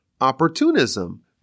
opportunism